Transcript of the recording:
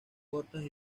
cortas